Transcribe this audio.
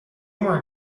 more